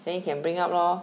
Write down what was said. then you can bring up lor